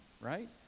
right